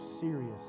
serious